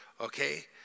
okay